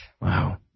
Wow